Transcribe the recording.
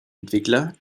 entwickler